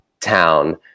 town